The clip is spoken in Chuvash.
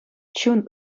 чун